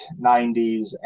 90s